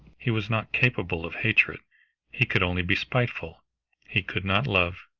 he was not capable of hatred he could only be spiteful he could not love,